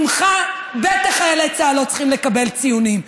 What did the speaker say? ממך בטח חיילי צה"ל לא צריכים לקבל ציונים.